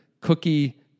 cookie